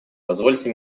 позвольте